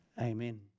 Amen